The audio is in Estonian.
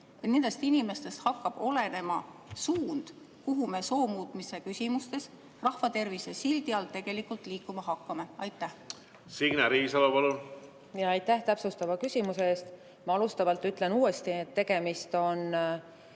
nendest inimestest hakkab olenema suund, kuhu me soo muutmise küsimustes rahvatervise sildi all tegelikult liikuma hakkame. Signe Riisalo, palun! Signe Riisalo, palun! Aitäh täpsustava küsimuse eest! Alustuseks ütlen uuesti, et tegemist on